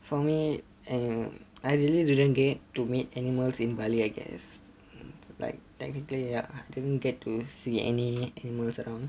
for me and I really didn't get to meet animals in bali I guess like technically ya didn't get to see any animals around